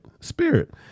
spirit